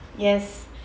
yes